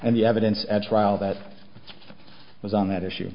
and the evidence at trial that was on that issue